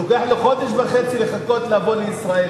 לוקח לו חודש וחצי לחכות לבוא לישראל,